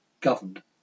governed